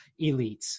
elites